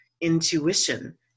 intuition